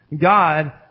God